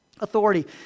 authority